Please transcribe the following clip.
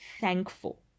thankful